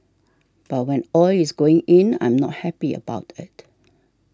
but when oil is going in I'm not happy about it